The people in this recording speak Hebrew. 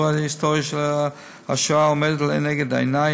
ההיסטוריה של השואה עומדת לנגד עיני,